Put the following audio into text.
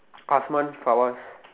Asman Fawaz